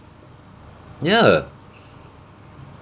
ya